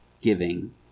giving